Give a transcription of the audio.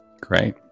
Great